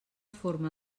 forma